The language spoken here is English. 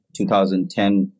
2010